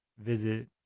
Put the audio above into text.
visit